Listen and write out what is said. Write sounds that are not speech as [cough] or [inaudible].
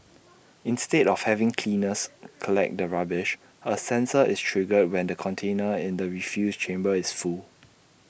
[noise] instead of having cleaners collect the rubbish A sensor is triggered when the container in the refuse chamber is full